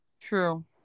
True